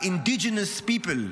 ה-Indigenous People,